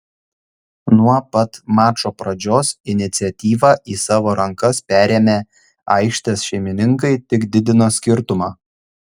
nuo pat mačo pradžios iniciatyvą į savo rankas perėmę aikštės šeimininkai tik didino skirtumą